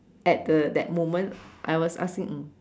at the that moment I was asking um